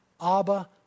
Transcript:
Abba